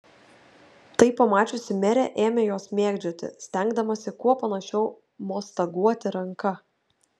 tai pamačiusi merė ėmė juos mėgdžioti stengdamasi kuo panašiau mostaguoti ranka